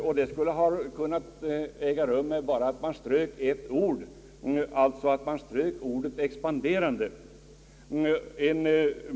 Enighet skulle ha kunnat nås om man strök bara ett ord, nämligen ordet »expanderande».